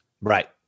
Right